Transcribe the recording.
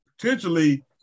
potentially